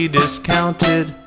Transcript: discounted